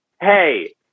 hey